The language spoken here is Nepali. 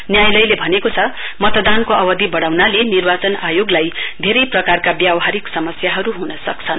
न्यायालयले भनेको छ मतदानको अवधि बढ़ाउनाले निर्वाचन आयोगलाई धेरै प्रकारका व्यावहारिक समस्याहरु हुन सक्छन्